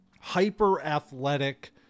hyper-athletic